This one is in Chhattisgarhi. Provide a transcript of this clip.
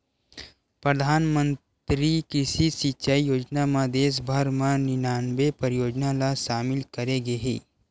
परधानमंतरी कृषि सिंचई योजना म देस भर म निनानबे परियोजना ल सामिल करे गे हे